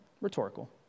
rhetorical